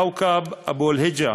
כאוכב אבו-אל-היג'א